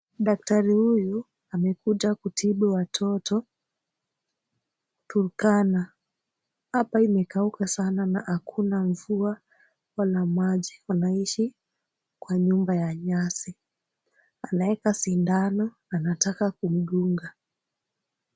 Daktari huyu amekuja kutibu watoto Turkana. Hapa imekauka sana na hakuna mvua wala maji wanaishi kwa nyumba ya nyasi. Anaeka sindano anataka kumdunga.